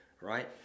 right